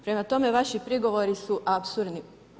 Prema tome, vaši prigovori su apsurdni.